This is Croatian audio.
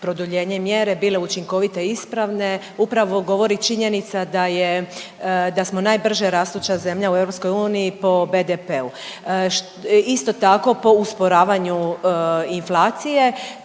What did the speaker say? produljenje mjere bile učinkovite i ispravne. Upravo govori činjenica da je, da smo najbrže rastuća zemlja u EU po BDP-u. Isto tako po usporavanju inflacije